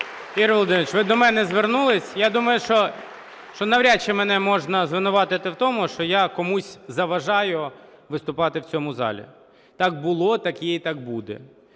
Ігор Володимирович, ви до мене звернулись. Я думаю, що навряд чи мене можна звинуватити в тому, що я комусь заважаю виступати в цьому залі. Так було, так є і так буде.